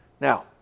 Now